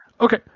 Okay